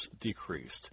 decreased